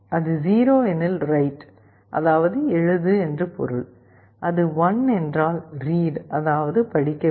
அது 0 எனில் ரைட் அதாவது எழுது என்று பொருள் அது 1 என்றால் ரீட் அதாவது படிக்க வேண்டும்